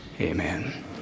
amen